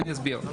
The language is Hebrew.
אני אסביר.